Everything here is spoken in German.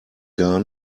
gar